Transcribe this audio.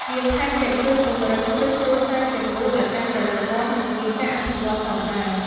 វាថែមទាំងជួយពង្រឹងគ្រឹះគ្រួសារទាំងមូលឱ្យកាន់តែរឹងមាំ និងមានការអភិវឌ្ឍន៍ផងដែរ។